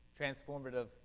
Transformative